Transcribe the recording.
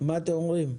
מה אתם אומרים?